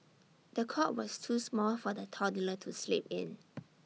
the cot was too small for the toddler to sleep in